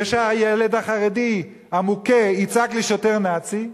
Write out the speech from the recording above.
ושהילד החרדי המוכה יצעק לשוטר "נאצי".